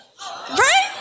Right